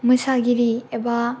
मोसागिरि एबा